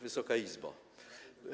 Wysoka Izbo!